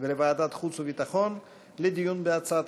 ולוועדת החוץ והביטחון לדיון בהצעת